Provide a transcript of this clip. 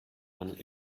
man